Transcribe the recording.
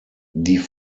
die